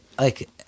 like-